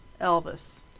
Elvis